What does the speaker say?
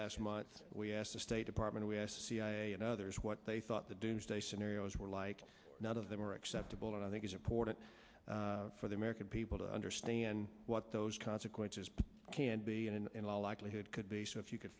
last month we asked the state department cia and others what they thought the doomsday scenarios were like none of them are acceptable and i think it's important for the american people to understand what those consequences can be and in all likelihood could be so if you could